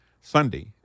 Sunday